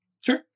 Sure